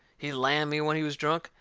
he lammed me when he was drunk,